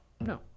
No